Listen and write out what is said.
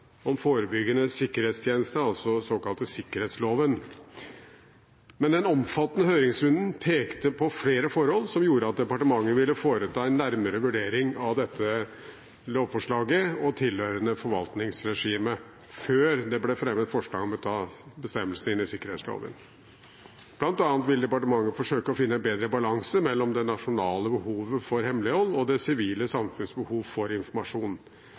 om forslag om å innta ovennevnte bestemmelser i lov av 20. mars 1998 om forebyggende sikkerhetstjeneste, altså den såkalte sikkerhetsloven. Men den omfattende høringsrunden pekte på flere forhold som gjorde at departementet ville foreta en nærmere vurdering av dette lovforslaget og tilhørende forvaltningsregime før det ble fremmet forslag om å ta bestemmelsene inn i sikkerhetsloven. Blant annet vil departementet forsøke å finne en